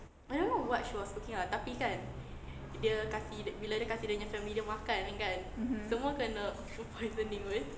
mmhmm